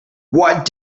what